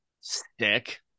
Stick